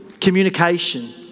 communication